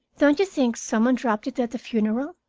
don't you think some one dropped it at the funeral?